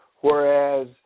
Whereas